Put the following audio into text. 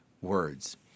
words